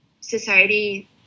society